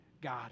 God